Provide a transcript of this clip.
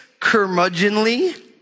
curmudgeonly